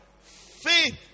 Faith